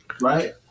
right